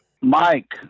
Mike